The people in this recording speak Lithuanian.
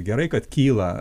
gerai kad kyla